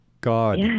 God